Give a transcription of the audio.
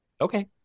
Okay